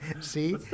see